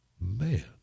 Man